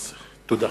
תודה.